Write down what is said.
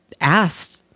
asked